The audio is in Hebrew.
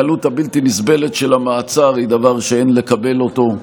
הקלות הבלתי-נסבלת של המעצר היא דבר שאין מקבלים אותו.